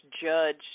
Judge